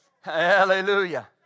Hallelujah